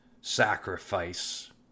sacrifice